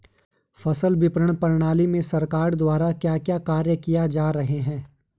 फसल विपणन प्रणाली में सरकार द्वारा क्या क्या कार्य किए जा रहे हैं?